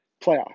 playoff